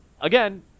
Again